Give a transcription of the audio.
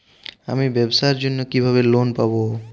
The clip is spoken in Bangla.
আমি ব্যবসার জন্য কিভাবে লোন পাব?